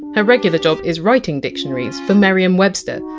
her regular job is writing dictionaries for merriam-webster,